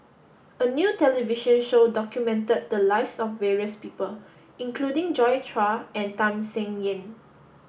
a new television show documented the lives of various people including Joi Chua and Tham Sien Yen